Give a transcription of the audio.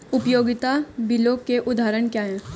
उपयोगिता बिलों के उदाहरण क्या हैं?